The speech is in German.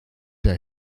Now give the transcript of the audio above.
der